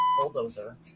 bulldozer